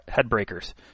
headbreakers